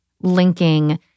linking